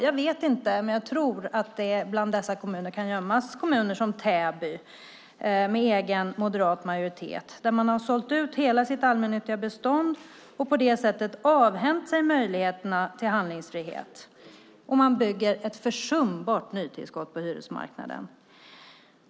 Jag vet inte, men jag tror att det bland dessa kan gömmas kommuner som Täby, med egen moderat majoritet, där man har sålt ut hela sitt allmännyttiga bestånd och på det sättet avhänt sig möjligheterna till handlingsfrihet. Man bygger ett försumbart nytillskott på hyresmarknaden.